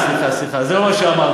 סליחה, סליחה, סליחה, זה לא מה שאמרתם.